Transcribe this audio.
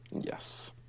Yes